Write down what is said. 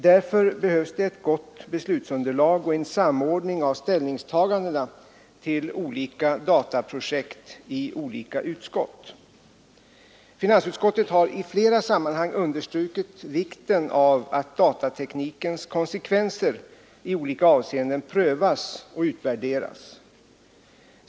Därför behövs det ett gott beslutsunderlag och en samordning av olika utskotts ställningstaganden till olika dataprojekt. Finansutskottet har i flera sammanhang understrukit vikten av att datateknikens konsekvenser i olika avseenden prövas och utvärderas.